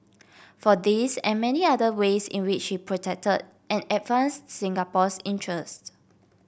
for this and many other ways in which he protected and advanced Singapore's interest